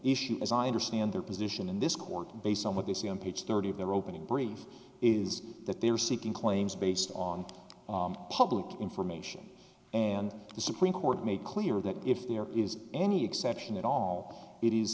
issue as i understand their position in this court based on what they see on page thirty of their opening brief is that they are seeking claims based on public information and the supreme court made clear that if there is any exception at all it is